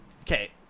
okay